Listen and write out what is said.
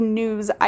news